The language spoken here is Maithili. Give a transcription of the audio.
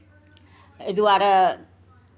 एहि दुआरे